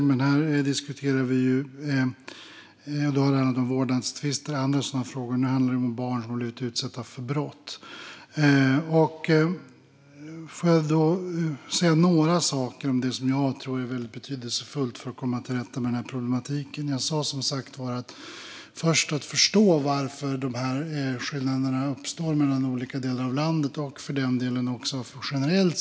Då har det handlat om vårdnadstvister och andra sådana frågor. Men nu handlar det om när barn har blivit utsatta för brott. Låt mig nämna några saker som jag tror är väldigt betydelsefulla för att komma till rätta med problematiken. Först handlar det om att förstå varför skillnader uppstår mellan olika delar av landet och för den delen också generellt.